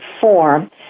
form